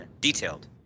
detailed